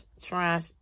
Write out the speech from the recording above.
trash